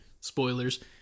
spoilers